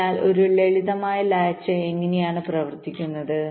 അതിനാൽ ഒരു ലളിതമായ ലാച്ച് എങ്ങനെയാണ് പ്രവർത്തിക്കുന്നത്